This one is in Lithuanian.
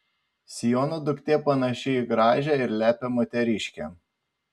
siono duktė panaši į gražią ir lepią moteriškę